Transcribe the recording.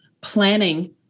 planning